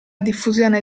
diffusione